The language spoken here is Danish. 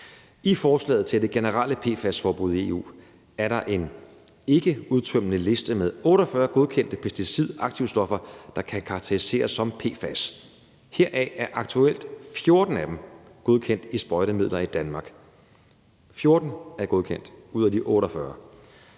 I forslaget til det generelle PFAS-forbud i EU er der en ikkeudtømmende liste med 48 godkendte pesticidaktivstoffer, der kan karakteriseres som PFAS. Heraf er aktuelt 14 godkendt i sprøjtemidler i Danmark – 14 ud af de 48